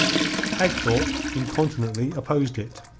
hagthorpe incontinently opposed it.